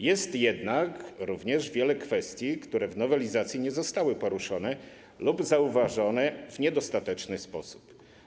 Jest jednak również wiele kwestii, które w nowelizacji nie zostały poruszone lub zostały zauważone w niedostateczny sposób.